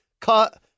cut